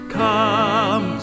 come